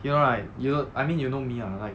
you know like you know I mean you know me lah like